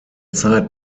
zeit